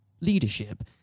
leadership